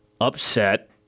upset